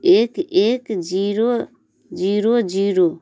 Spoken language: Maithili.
एक एक जीरो जीरो जीरो